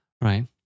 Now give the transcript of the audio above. right